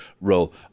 role